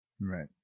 Right